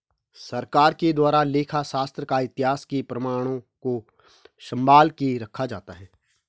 सरकार के द्वारा लेखा शास्त्र का इतिहास के प्रमाणों को सम्भाल के रखा जाता है